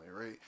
right